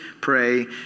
pray